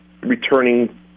returning